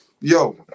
Yo